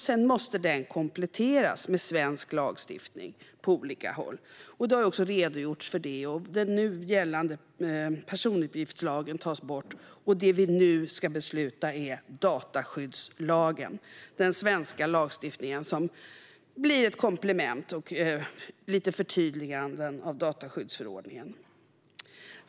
Sedan måste den kompletteras med svensk lagstiftning på olika håll, och det har redogjorts för detta. Den nu gällande personuppgiftslagen tas bort, och det vi nu ska besluta om är dataskyddslagen - den svenska lagstiftning som blir ett komplement till och ett förtydligande av dataskyddsförordningen.